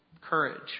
courage